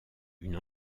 une